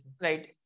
Right